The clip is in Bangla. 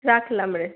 রাখলাম রে